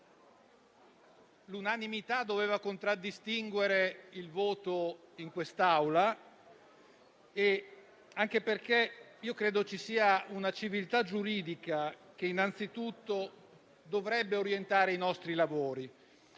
l'unanimità avrebbe dovuto contraddistinguere il voto in quest'Aula e anche perché credo ci sia una civiltà giuridica che dovrebbe orientare i nostri lavori.